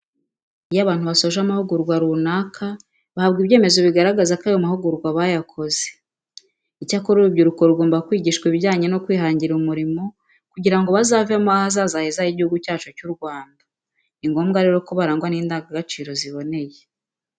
Iyo abantu basoje amahugurwa runaka bahabwa ibyemezo bigaragaza ko ayo mahugurwa bayakoze. Icyakora urubyiruko rugomba kwigishwa ibijyane no kwihangira umurimo kugira ngo bazavemo ahazaza heza h'Igihugu cyacu cy'u Rwanda. Ni ngombwa rero ko barangwa n'indangagaciro ziboneye.